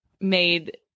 made